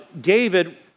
David